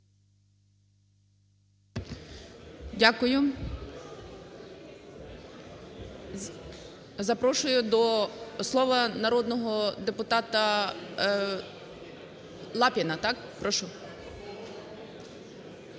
Дякую. І запрошую до слова народного депутата Кодолу.